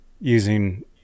using